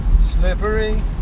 Slippery